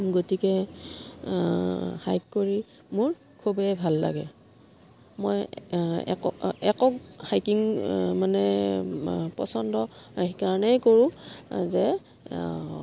গতিকে হাইক কৰি মোৰ খুবেই ভাল লাগে মই এক একক হাইকিং মানে পচন্দ সেইকাৰণেই কৰোঁ যে